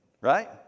right